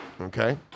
okay